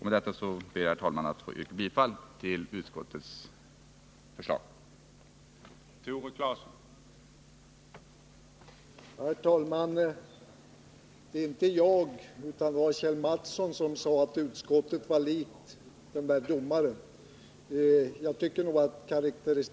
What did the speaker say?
Med detta ber jag, herr talman, att få yrka bifall till utskottets hemställan.